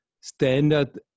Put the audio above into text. standard